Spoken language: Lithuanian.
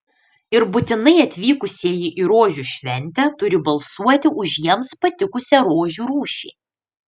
ir būtinai atvykusieji į rožių šventę turi balsuoti už jiems patikusią rožių rūšį